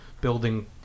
building